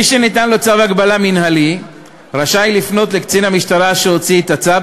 מי שניתן לו צו הגבלה מינהלי רשאי לפנות לקצין המשטרה שהוציא את הצו,